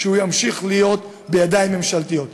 הוא ימשיך להיות בידיים ממשלתיות.